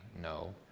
no